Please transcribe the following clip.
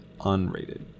unrated